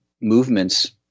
movements